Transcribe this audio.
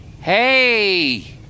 Hey